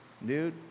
nude